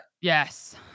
Yes